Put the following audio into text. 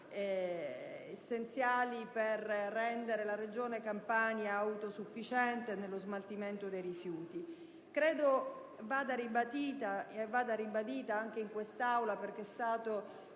essenziali per rendere la Regione Campania autosufficiente nello smaltimento dei rifiuti. Credo vada ribadito anche in quest'Aula, perché è stato